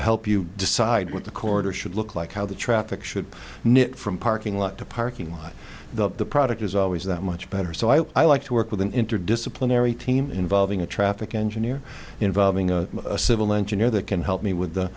help you decide what the course or should look like how the traffic should knit from parking lot to parking lot the product is always that much better so i like to work with an interdisciplinary team involving a traffic engineer involving a civil engineer that can help me with the